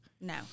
No